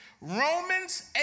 Romans